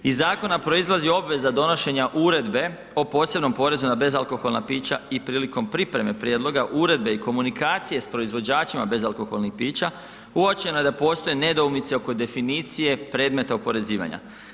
Iz zakona proizlazi obveza donošenja uredbe o posebnom porezu na bezalkoholna pića i prilikom pripreme prijedloga uredbe i komunikacije s proizvođačima bezalkoholnih pića, uočeno je da postoje nedoumice oko definicija predmeta oporezivanja.